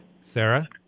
Sarah